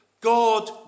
God